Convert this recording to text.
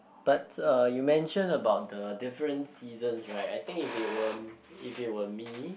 but uh you mentioned about the different seasons right I think if it were if it were me